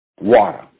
water